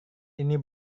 ini